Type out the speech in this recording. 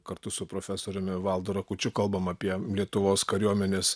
kartu su profesoriumi valdu rakučiu kalbam apie lietuvos kariuomenės